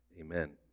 Amen